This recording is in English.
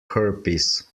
herpes